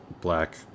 black